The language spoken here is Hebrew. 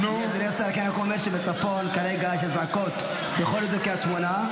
אני רק אומר שבצפון כרגע יש אזעקות בכל קריית שמונה.